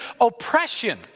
oppression